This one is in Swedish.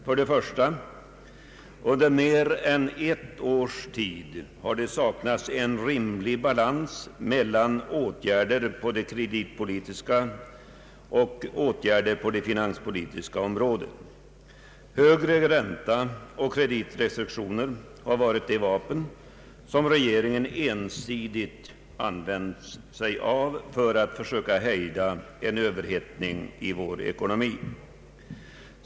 För det första: Under mer än ett års tid har det saknats en rimlig balans mellan åtgärder på det kreditpolitiska och åtgärder på det finanspolitiska området. Högre ränta och kreditrestriktioner har varit vapen som regeringen ensidigt an vänt sig av för att försöka hejda en överhettning i vår ekonomi.